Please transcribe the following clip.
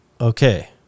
okay